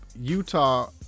Utah –